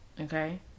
Okay